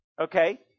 Okay